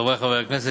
חברי חברי הכנסת,